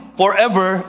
forever